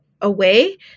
away